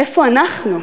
איפה אנחנו?